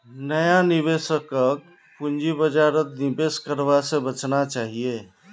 नया निवेशकक पूंजी बाजारत निवेश करवा स बचना चाहिए